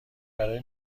برای